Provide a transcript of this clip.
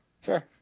Sure